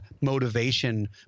motivation